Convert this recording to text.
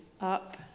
up